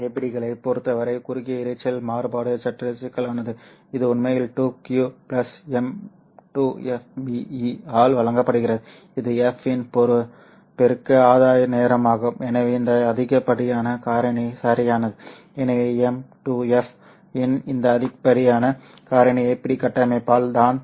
APD களைப் பொறுத்தவரை குறுகிய இரைச்சல் மாறுபாடு சற்று சிக்கலானது இது உண்மையில் 2q M2FBe ஆல் வழங்கப்படுகிறது இது F இன் பெருக்க ஆதாய நேரமாகும் எனவே இந்த அதிகப்படியான காரணி சரியானது எனவே M2F இன் இந்த அதிகப்படியான காரணி APD கட்டமைப்பால் தான்